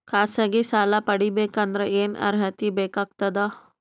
ಖಾಸಗಿ ಸಾಲ ಪಡಿಬೇಕಂದರ ಏನ್ ಅರ್ಹತಿ ಬೇಕಾಗತದ?